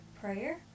prayer